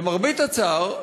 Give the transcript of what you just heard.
למרבה הצער,